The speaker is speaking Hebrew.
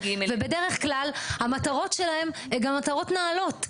ובדרך כלל המטרות שלהם הן גם מטרות נעלות.